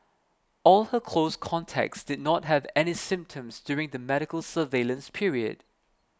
all her close contacts did not have any symptoms during the medical surveillance period